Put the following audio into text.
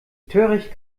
töricht